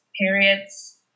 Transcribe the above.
periods